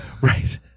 Right